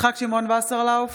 יצחק שמעון וסרלאוף,